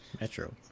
Metro